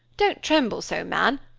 don't tremble so, man,